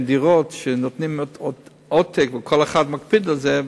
דירות נותנים עותק וכל אחד מקפיד על זה,